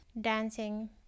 dancing